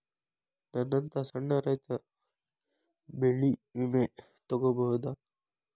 ನನ್ನಂತಾ ಸಣ್ಣ ರೈತ ಬೆಳಿ ವಿಮೆ ತೊಗೊಬೋದ?